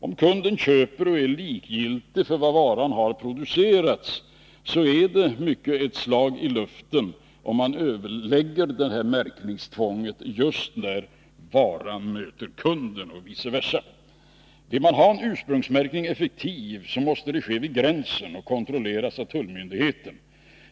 Om kunden köper och är likgiltig för var varan har producerats, så är det mycket av ett slag i luften, och man ödelägger då märkningstvånget just när varan möter kunden och vice versa. Vill man ha ursprungsmärkningen effektiv, måste den ske vid gränsen och kontrolleras av tullmyndigheten.